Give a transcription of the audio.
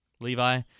Levi